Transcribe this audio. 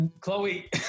Chloe